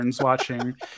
watching